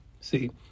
See